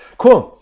cool.